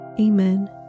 Amen